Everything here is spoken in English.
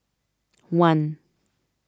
one